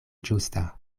ĝusta